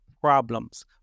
problems